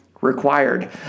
required